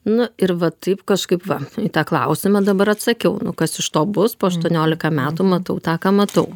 nu ir va taip kažkaip va į tą klausimą dabar atsakiau nu kas iš to bus po aštuoniolika metų matau tą ką matau